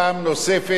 אני לא פה.